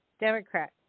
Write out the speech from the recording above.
Democrat